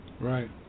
Right